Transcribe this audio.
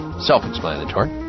self-explanatory